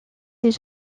les